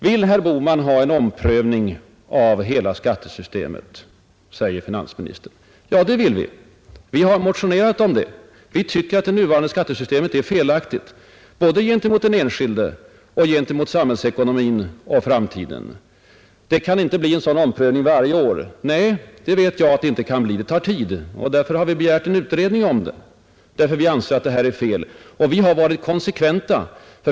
Vill herr Bohman ha en omprövning av hela skattesystemet? frågar finansministern. Ja, det vill vi. Vi har motionerat om det. Vi tycker att det nuvarande skattesystemet är felaktigt både gentemot den enskilde och gentemot samhällsekonomin och framtiden. Det kan inte bli en sådan omprövning varje år! Ja, det vet jag. Det tar tid, och därför har vi begärt en utredning. Vi har varit konsekventa.